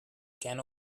can